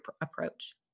approach